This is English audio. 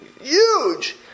huge